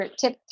tip